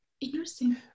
Interesting